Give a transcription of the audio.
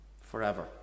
forever